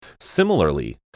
Similarly